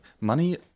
money